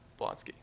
Blonsky